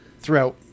throughout